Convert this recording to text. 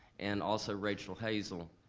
and also rachel hazel,